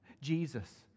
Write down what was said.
Jesus